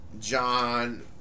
John